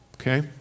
Okay